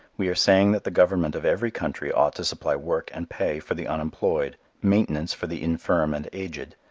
we are saying that the government of every country ought to supply work and pay for the unemployed, maintenance for the infirm and aged,